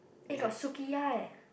eh got Suki-ya eh